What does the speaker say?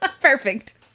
Perfect